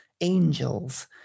angels